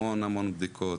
המון המון בדיקות,